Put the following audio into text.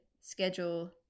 schedule